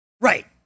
Right